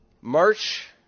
March